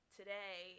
today